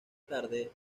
tarde